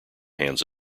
hands